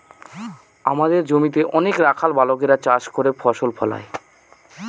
আমাদের জমিতে অনেক রাখাল বালকেরা চাষ করে ফসল ফলায়